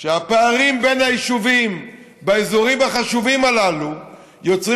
שהפערים בין היישובים באזורים החשובים הללו יוצרים